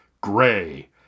gray